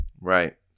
Right